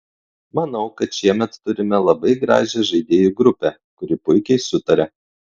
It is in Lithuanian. manau kad šiemet turime labai gražią žaidėjų grupę kuri puikiai sutaria